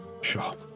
Sure